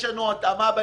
עכשיו זו ישיבה אחרונה,